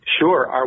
Sure